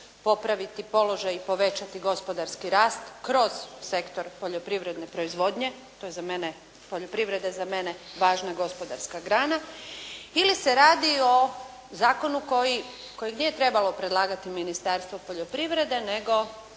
popraviti položaj i povećati gospodarski rast kroz sektor poljoprivredne proizvodnje, to je za mene, poljoprivreda je za mene važna gospodarska grana. Ili se radi o zakonu kojeg nije trebalo predlagati Ministarstvo poljoprivrede, nego